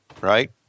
right